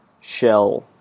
shell